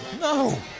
No